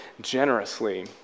generously